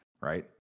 Right